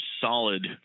solid